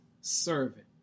servant